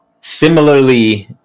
similarly